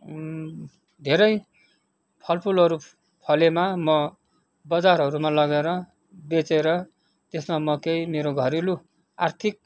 धेरै फलफुलहरू फलेमा म बजारहरूमा लगेर बेचेर त्यसमा म केही मेरो घरेलु आर्थिक